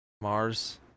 Mars